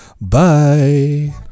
bye